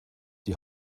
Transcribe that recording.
die